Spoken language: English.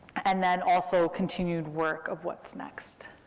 and then also continued work of what's next.